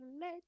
let